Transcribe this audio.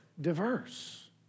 diverse